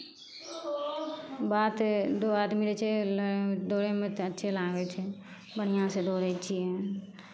बात दू आदमी रहै छै लग दौड़ैमे तऽ अच्छे लागै छै बढ़िआँसँ दौड़ै छियै